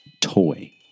toy